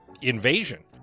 invasion